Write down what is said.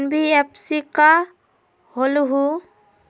NBFC का होलहु?